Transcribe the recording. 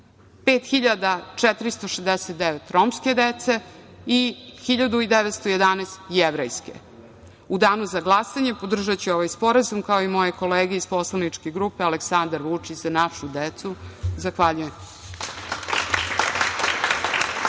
5.469 romske dece i 1.911 jevrejske.U Danu za glasanje podržaću ovaj sporazum kao i moje kolege iz poslaničke grupe "Aleksandar Vučić – za našu decu". Zahvaljujem.